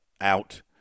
out